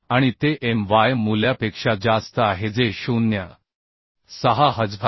आणि ते My मूल्यापेक्षा जास्त आहे जे 0